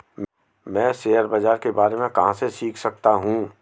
मैं शेयर बाज़ार के बारे में कहाँ से सीख सकता हूँ?